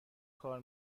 کار